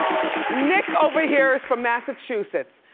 nick over here is from massachusetts.